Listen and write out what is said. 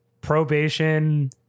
probation